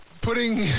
putting